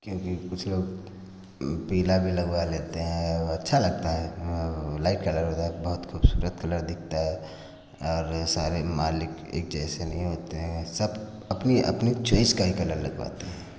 क्योंकि कुछ लोग पीला भी लगवा लेते हैं वो अच्छा लगता है लाइट कलर होता है बहुत खूबसूरत कलर दिखता है और सारे मालिक एक जैसे नहीं होते हैं सब अपनी अपनी चॉइस का ही कलर लगवाते हैं